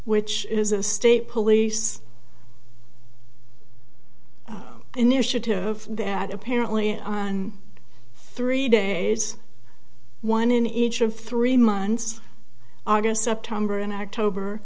which is a state police initiative that apparently on three days one in each of three months august september and october